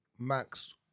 Max